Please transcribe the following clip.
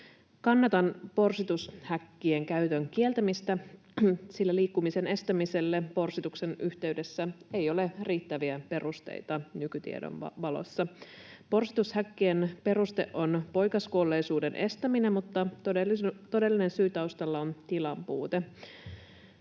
Kannatan porsitushäkkien käytön kieltämistä, sillä liikkumisen estämiselle porsituksen yhteydessä ei ole riittäviä perusteita nykytiedon valossa. Porsitushäkkien peruste on poikaskuolleisuuden estäminen, mutta todellinen syy taustalla on tilanpuute.